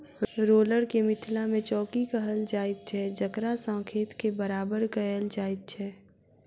roller के मिथिला मे चौकी कहल जाइत छै जकरासँ खेत के बराबर कयल जाइत छै